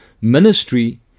ministry